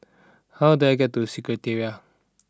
how do I get to Secretariat